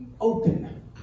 open